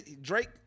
Drake